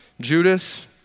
Judas